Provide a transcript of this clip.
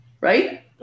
right